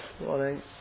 Morning